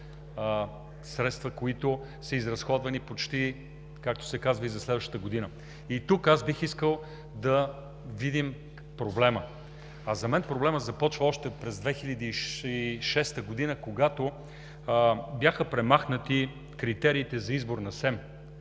които са изразходвани и за следващата година. И тук бих искал да видим проблема, а за мен проблемът започва още през 2006 г., когато бяха премахнати критериите за избор на СЕМ,